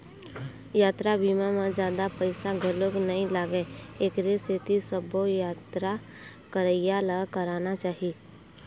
यातरा बीमा म जादा पइसा घलोक नइ लागय एखरे सेती सबो यातरा करइया ल कराना चाही